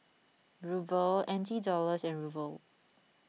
Ruble N T Dollars and Ruble